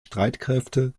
streitkräfte